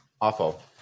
Awful